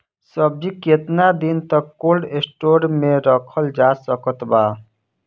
सब्जी केतना दिन तक कोल्ड स्टोर मे रखल जा सकत बा?